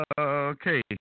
Okay